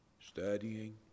studying